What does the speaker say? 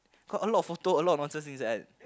got a lot of photo a lot of nonsense inside